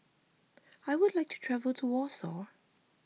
I would like to travel to Warsaw